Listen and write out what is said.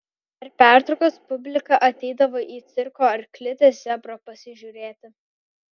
per pertraukas publika ateidavo į cirko arklidę zebro pasižiūrėti